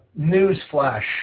newsflash